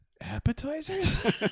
appetizers